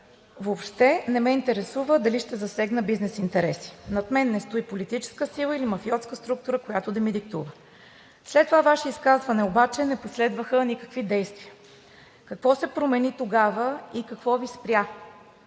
„Въобще не ме интересува дали ще засегна бизнес интереси. Над мен не стои политическа сила или мафиотска структура, която да ми диктува.“ След това Ваше изказване обаче не последваха никакви действия. Какво се промени тогава и какво Ви спря?